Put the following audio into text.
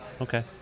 Okay